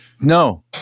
No